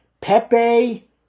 Pepe